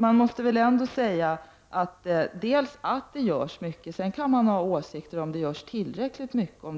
Man måste ändå säga att det görs mycket — sedan kan man ha olika åsikter om huruvida det görs tillräckligt mycket och om